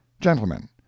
gentlemen